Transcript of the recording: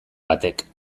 batek